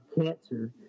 cancer